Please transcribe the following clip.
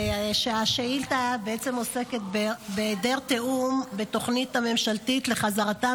השאילתה עוסקת בהיעדר תיאום בתוכנית הממשלתית לחזרתן